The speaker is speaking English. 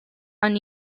and